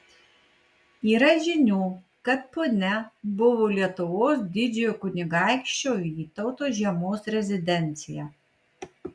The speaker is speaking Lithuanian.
yra žinių kad punia buvo lietuvos didžiojo kunigaikščio vytauto žiemos rezidencija